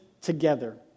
together